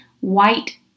white